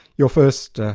your first